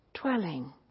dwelling